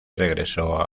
regresó